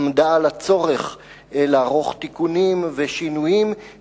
עמדה על הצורך לערוך תיקונים ושינויים,